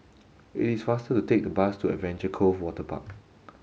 it is faster to take the bus to Adventure Cove Waterpark